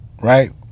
right